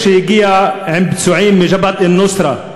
שהגיע עם פצועים מ"ג'בהת א-נוסרה",